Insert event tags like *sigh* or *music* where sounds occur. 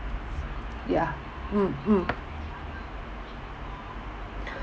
ya mm mm *breath*